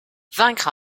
vaincre